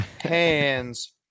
hands